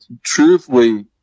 truthfully